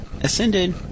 Ascended